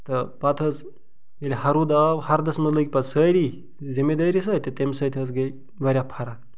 تہٕ پتہٕ حظ ییٚلہِ ہرُد آو ہردس منٛز لٔگۍ پتہٕ سٲری زٔمیٖندٲری سۭتۍ تہٕ تمہِ سۭتۍ حظ گٔے واریاہ فرق